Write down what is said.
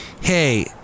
Hey